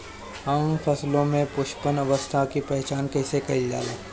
हम फसलों में पुष्पन अवस्था की पहचान कईसे कईल जाला?